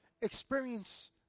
Experience